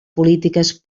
polítiques